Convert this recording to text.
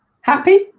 Happy